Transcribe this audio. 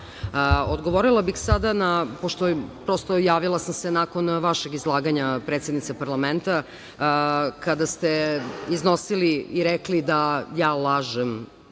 Odgovorila bih sada, pošto sam se javila nakon vašeg izlaganja predsednice parlamenta, kada ste iznosili i rekli da ja lažem.